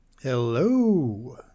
Hello